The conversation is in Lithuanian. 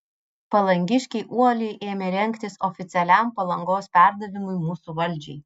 palangiškiai uoliai ėmė rengtis oficialiam palangos perdavimui mūsų valdžiai